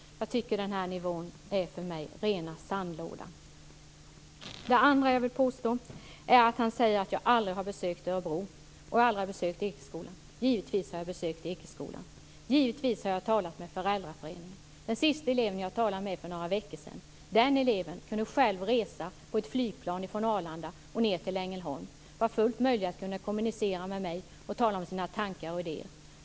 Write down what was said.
Jag tycker att den här nivån är rena sandlådan. Det andra är att han säger att jag aldrig har besökt Örebro och Ekeskolan. Givetvis har jag besökt Ekeskolan. Givetvis har jag talat med föräldraföreningen där. Senast talade jag med en elev för några veckor sedan. Den eleven kunde själv resa med ett flygplan från Arlanda och ned till Ängelholm. Det var fullt möjligt för henne att kommunicera med mig, att tala om sina tankar och idéer.